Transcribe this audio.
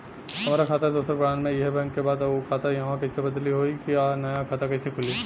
हमार खाता दोसर ब्रांच में इहे बैंक के बा त उ खाता इहवा कइसे बदली होई आ नया खाता कइसे खुली?